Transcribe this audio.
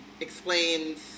explains